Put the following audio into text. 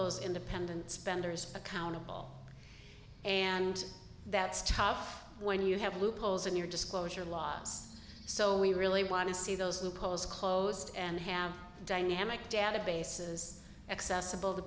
those independent spenders accountable and that's tough when you have loopholes in your disclosure lats so we really want to see those the polls closed and have dynamic databases accessible to